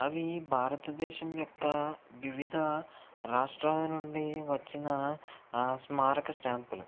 అవి భారతదేశం యొక్క వివిధ రాష్ట్రాల నుండి వచ్చిన స్మారక స్టాంపులు